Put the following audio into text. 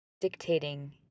dictating